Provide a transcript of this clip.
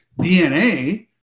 DNA